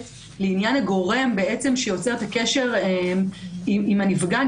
לעניין הגורם שיוצר את הקשר עם הנפגע/ת,